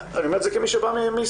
אני אומר את זה כמי שבא מישראל,